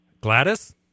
Gladys